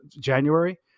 January